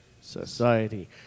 Society